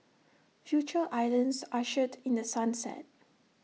Future islands ushered in the sunset